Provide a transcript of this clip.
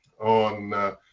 on